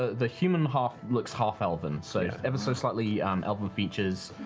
the human half looks half-elven, so ever so slightly elven features.